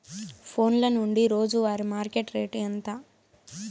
ఫోన్ల నుండి రోజు వారి మార్కెట్ రేటు ఎంత?